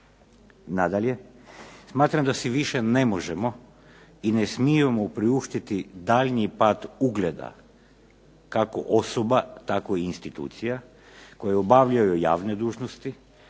Nadalje, smatram da si više ne možemo i ne smijemo priuštiti daljnji pad ugleda kako osoba tako i institucija koje obavljaju javne dužnosti,